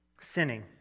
sinning